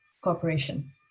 corporation